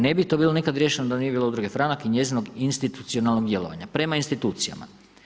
Ne bi to bilo nikad riješeno da nije bilo udruge Franak i njezinog institucionalnog djelovanja prema institucijama.